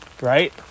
right